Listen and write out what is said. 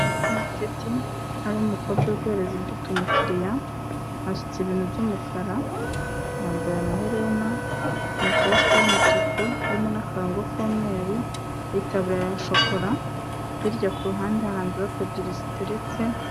Supamaketi harimo umukobwa uri guhereza imbuto umukiriya, asutse ibintu by'umukara, yambaye amaherena, rakosite y'umutuku irimo n'akarongo k'umweru, itaburiya ya shokora, hirya ku ruhande hari amvilope ebyiri ziteretse.